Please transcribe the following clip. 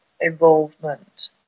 involvement